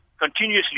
continuously